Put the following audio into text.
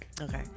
Okay